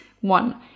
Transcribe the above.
One